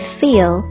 feel